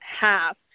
half